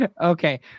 Okay